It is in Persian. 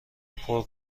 پرو